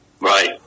Right